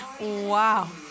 Wow